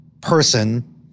person